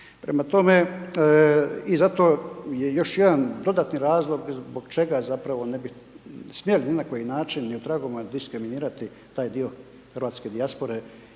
Prema tome, i zato još jedan dodatni razlog, zbog čega ne bi smijali, ni na koji način, ni u tragovima diskriminirati taj dio hrvatske dijaspore,